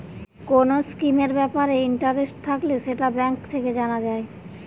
কোন স্কিমের ব্যাপারে ইন্টারেস্ট থাকলে সেটা ব্যাঙ্ক থেকে জানা যায়